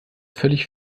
völlig